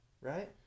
Right